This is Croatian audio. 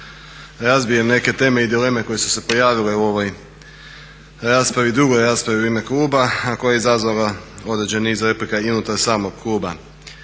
razbijem neke teme i dileme koje su se pojavile i u ovoj raspravi, drugoj raspravi u ime kluba, a koji iz razloga određeni niz replika i unutar samog kluba.